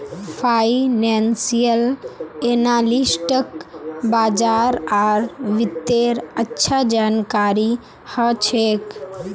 financial एनालिस्टक बाजार आर वित्तेर अच्छा जानकारी ह छेक